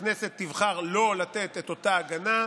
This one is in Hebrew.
הכנסת תבחר לא לתת את אותה הגנה,